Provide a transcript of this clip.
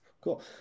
Cool